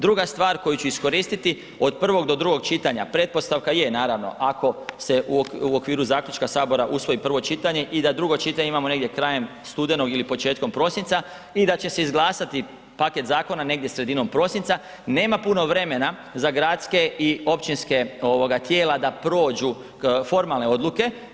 Druga stvar koju ću iskoristiti od prvog do drugog čitanja, pretpostavka je naravno ako se u okviru zaključka Sabora usvoji prvo čitanje i da drugo čitanje imamo negdje krajem studenog ili početkom prosinca i da će se izglasati paket zakona negdje sredinom prosinca nema puno vremena za gradska i općinska tijela da prođu formalne odluke.